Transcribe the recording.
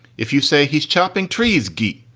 if you say he's chopping trees. gyi,